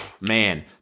man